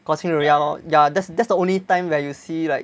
国庆日 ya lor ya that's that's the only time where you see like